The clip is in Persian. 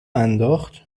انداخت